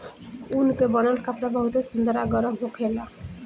ऊन के बनल कपड़ा बहुते सुंदर आ गरम होखेला